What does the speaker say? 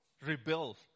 Rebuild